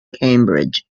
cambridge